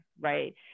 right